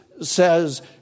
says